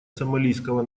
сомалийского